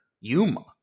Yuma